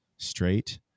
straight